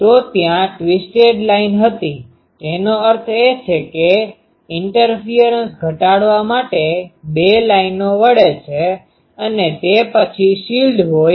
તો ત્યાં twisted line હતી તેનો અર્થ એ છે કે ઇન્ટરફીઅરંસ interferenceદખલગીરી ઘટાડવા માટે બે લાઈનો વળે છે અને તે પછી શિલ્ડ હોય